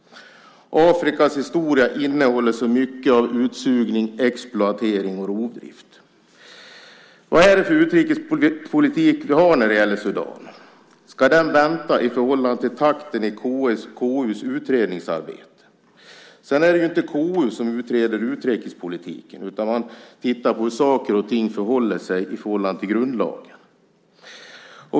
Afrikas historia innehåller väldigt mycket av utsugning, exploatering och rovdrift. Vad är det för utrikespolitik vi har när det gäller Sudan? Ska den vänta i förhållande till takten i KU:s utredningsarbete? Och sedan är det ju inte KU som utreder utrikespolitiken, utan KU tittar på hur saker och ting förhåller sig till grundlagen.